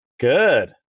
Good